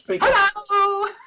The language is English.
Hello